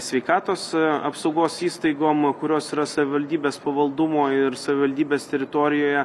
sveikatos apsaugos įstaigom kurios yra savivaldybės pavaldumo ir savivaldybės teritorijoje